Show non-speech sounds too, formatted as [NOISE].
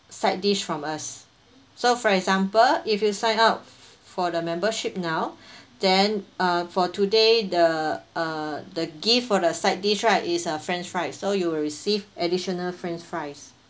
side dish from us so for example if you sign up f~ for the membership now [BREATH] then uh for today the uh the gift for the side dish right is uh french fries so you will receive additional french fries